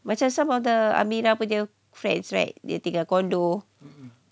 macam some of the aminah punya friends right they tinggal condo ah